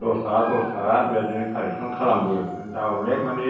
दसथाखा दसथाखा बेबादिनो खालेगसन खालामो दा अनेक मानि